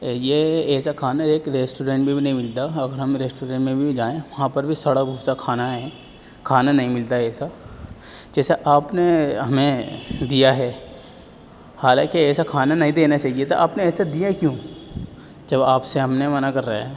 یہ ایسا کھانا ایک ریسٹورینٹ میں بھی نہیں ملتا ہم ریسٹورینٹ میں بھی جائیں وہاں پر بھی سڑا بھسا کھانا ہے کھانا نہیں ملتا ایسا جیسا آپ نے ہمیں دیا ہے حالاںکہ ایسا کھانا نہیں دینا چاہیے تھا آپ نے ایسا دیا کیوں جب آپ سے ہم نے منع کر رہے ہیں